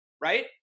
right